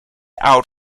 out